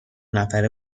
نفره